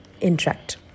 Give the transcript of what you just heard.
interact